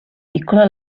piccola